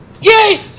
Yay